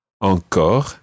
Encore